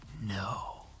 No